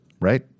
right